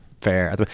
fair